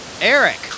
Eric